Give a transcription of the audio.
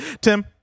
Tim